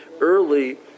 early